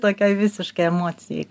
tokioj visiškoj emocijoj